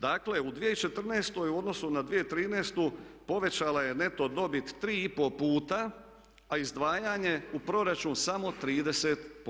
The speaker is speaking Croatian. Dakle, u 2014. u odnosu na 2013. povećala je neto dobit 3,5 puta a izdvajanje u proračun samo 30%